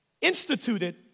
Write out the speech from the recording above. Instituted